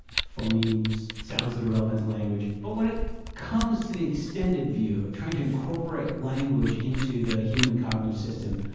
phonemes, sounds that are relevant to language. but when it comes to the extended view, trying to incorporate language into the human cognitive system,